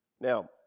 Now